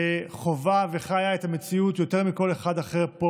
וחווה וחיה את המציאות יותר מכל אחד אחר פה,